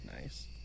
nice